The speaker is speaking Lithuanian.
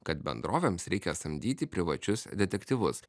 kad bendrovėms reikia samdyti privačius detektyvus